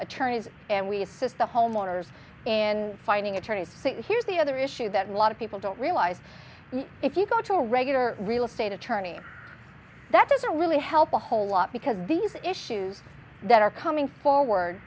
attorneys and we assist the homeowners in finding attorneys say here's the other issue that lot of people don't realize if you go to a regular real estate attorney that doesn't really help a whole lot because these are issues that are coming forward